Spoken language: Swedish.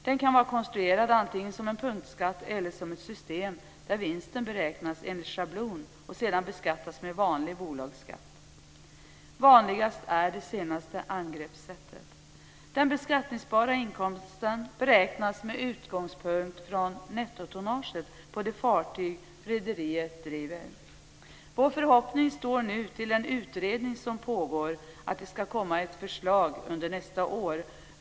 Den kan vara konstruerad antingen som en punktskatt eller som ett system där vinsten beräknas enligt schablon och sedan beskattas med vanlig bolagsskatt. Vanligast är det senare angreppssättet. Den beskattningsbara inkomsten beräknas med utgångspunkt i nettotonnaget på de fartyg rederiet driver. Vår förhoppning står nu till att den utredning som pågår ska komma med ett förslag under nästa år.